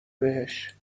بهش